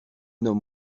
homme